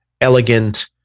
elegant